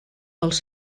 els